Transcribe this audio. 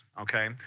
okay